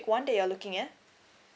one that you're looking at